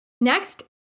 Next